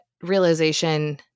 realization